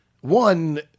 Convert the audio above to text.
one